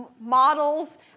models